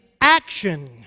action